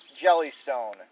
Jellystone